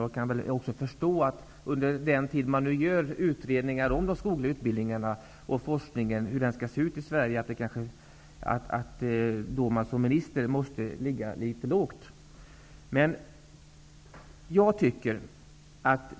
Jag kan förstå att man som minister måste ligga litet lågt under den tid som utredning om -- som i det här fallet -- de skogliga utbildningarna och om hur forskningen bör se ut i Sverige pågår.